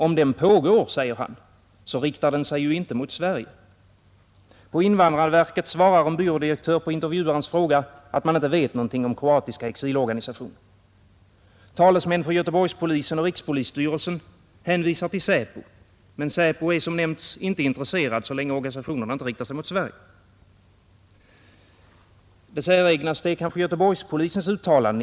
Om den pågår, säger han, riktar den sig ju inte mot Sverige. På invandrarverket svarar en byrådirektör på intervjuarens fråga att man inte vet någonting om kroatiska exilorganisationer. Talesmän för Göteborgspolisen och rikspolisstyrelsen hänvisar till Säpo, men Säpo är, som nämnt, inte intresserad så länge organisationernas verksamhet inte riktar sig mot Sverige. Det säregnaste är kanske Göteborgspolisens uttalanden.